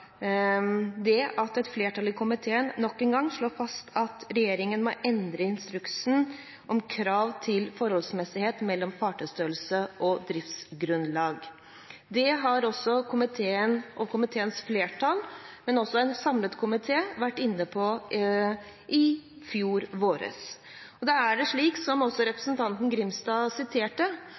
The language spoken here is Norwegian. det at et flertall i komiteen nok en gang slår fast at regjeringen må endre instruksen om krav til forholdsmessighet mellom fartøystørrelse og driftsgrunnlag. Det var også komiteens flertall – en samlet komité – inne på i fjor vår. I Innst. 416 S for 2015–2016 står det, som også representanten Grimstad siterte: